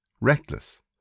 reckless